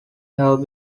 have